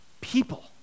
people